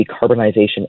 decarbonization